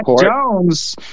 Jones